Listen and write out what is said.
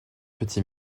petit